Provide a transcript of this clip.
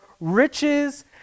riches